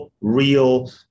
real